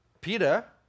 Peter